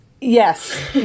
Yes